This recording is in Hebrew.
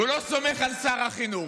הוא לא סומך על שר החינוך.